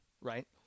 right